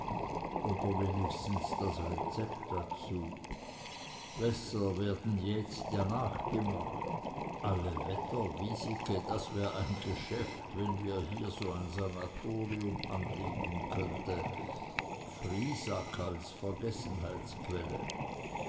oder wenigstens das rezept dazu wässer werden ja jetzt nachgemacht alle wetter wiesike das wär ein geschäft wenn wir hier so ein sanatorium anlegen könnten friesack als